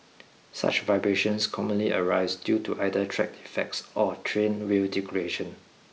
such vibrations commonly arise due to either track defects or train wheel degradation